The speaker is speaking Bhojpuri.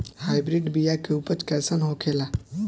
हाइब्रिड बीया के उपज कैसन होखे ला?